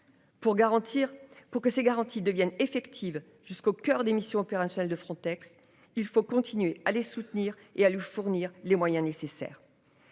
pour que ces garanties devienne effective jusqu'au coeur des missions opérationnelles de Frontex. Il faut continuer à les soutenir et à lui fournir les moyens nécessaires